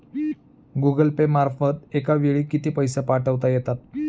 Google Pay मार्फत एका वेळी किती पैसे पाठवता येतात?